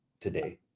today